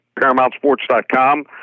ParamountSports.com